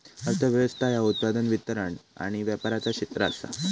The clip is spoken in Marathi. अर्थ व्यवस्था ह्या उत्पादन, वितरण आणि व्यापाराचा क्षेत्र आसा